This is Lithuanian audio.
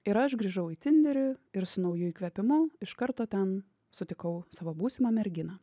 ir aš grįžau į tinderį ir su nauju įkvėpimu iš karto ten sutikau savo būsimą merginą